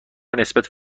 نسبت